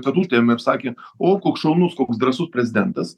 katutėm ir sakėt o koks šaunus koks drąsus prezidentas